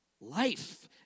life